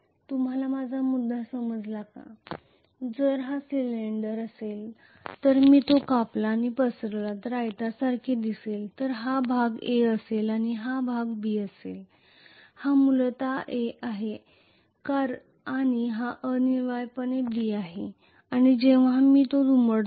तुम्हाला माझा मुद्दा समजला जर हा सिलिंडर असेल तर मी तो कापला आणि पसरवला तर आयतासारखा दिसेल जर हा भाग A असेल आणि हा भाग B असेल तर हा मूलत A आहे आणि हा अनिवार्यपणे B आहे आणि जेव्हा मी तो दुमडतो